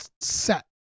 set